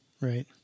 Right